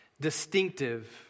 distinctive